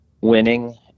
winning